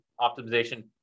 optimization